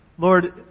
Lord